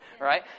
Right